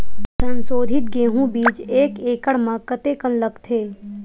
संसोधित गेहूं बीज एक एकड़ म कतेकन लगथे?